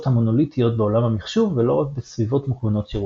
המונוליטיות בעולם המחשוב ולא רק בסביבות מוכוונות שירותים.